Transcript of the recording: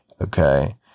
Okay